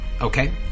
Okay